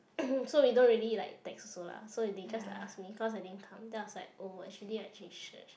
so we don't really like text also lah so they just like ask me cause I didn't come then I was like oh actually I change church